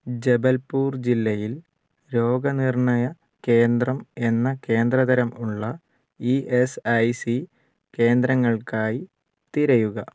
ജബൽപൂർ ജില്ലയിൽ രോഗനിർണയകേന്ദ്രം എന്ന കേന്ദ്രതരം ഉള്ള ഇ എസ് ഐ സി കേന്ദ്രങ്ങൾക്കായി തിരയുക